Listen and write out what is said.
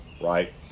right